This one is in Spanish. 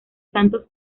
santos